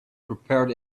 prepared